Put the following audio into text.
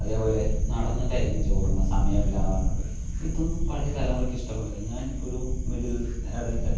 അതേപോലെ നടന്നിട്ടായിരിക്കും ചോറുണ്ണുക സമായില്ലായെന്ന് പറഞ്ഞിട്ട് ഇതൊന്നും പഴയ തലമുറക്ക് ഇഷ്ടപ്പെടുന്നില്ല ഞാൻ ഒരു മിഡിൽ ഇടയിലത്തെ